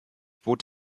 bot